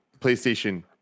PlayStation